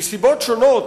מסיבות שונות,